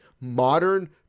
modern